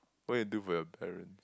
what you do for your parent